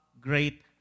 great